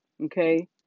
Okay